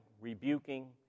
rebuking